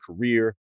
career